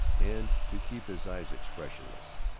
and to keep his eyes expressionless.